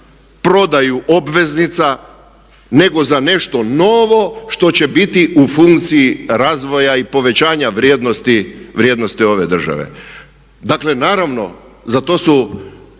prodaju obveznica nego za nešto novo što će biti u funkciji razvoja i povećanja vrijednosti ove države. Dakle, naravno za to su